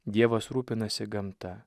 dievas rūpinasi gamta